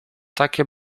takie